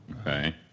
Okay